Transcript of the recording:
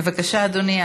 חנין, בבקשה, אדוני.